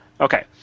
Okay